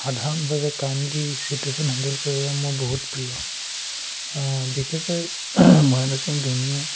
সাধাৰণভাৱে calmly situation handle কৰে সেয়া মোৰ বহুত প্ৰিয় বিশেষকৈ মহেন্দ্ৰ সিং ধোনীৰ